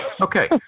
Okay